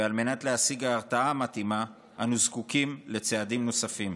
ועל מנת להשיג את ההרתעה המתאימה אנו זקוקים לצעדים נוספים.